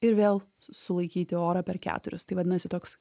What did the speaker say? ir vėl sulaikyti orą per keturis tai vadinasi toks